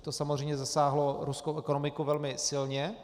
To samozřejmě zasáhlo ruskou ekonomiku velmi silně.